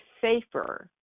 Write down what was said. safer